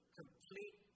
complete